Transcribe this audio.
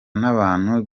n’abantu